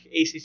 ACC